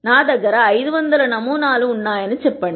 నా దగ్గర 500 నమూనాలు ఉన్నాయని చెప్పండి